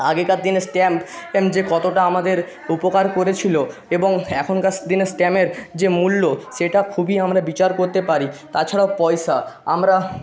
আগেকার দিনে স্ট্যাম্প ট্যাম যে কতটা আমাদের উপকার করেছিলো এবং এখনকার দিনের স্টাম্পের যে মূল্য সেটা খুবই আমরা বিচার করতে পারি তাছাড়াও পয়সা আমরা